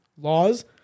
laws